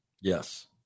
yes